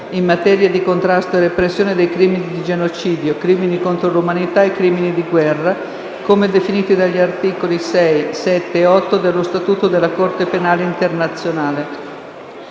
in materia di contrasto e repressione dei crimini di genocidio, crimini contro l'umanità e crimini di guerra, come definiti dagli articoli 6, 7 e 8 dello statuto della Corte penale internazionale